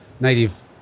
native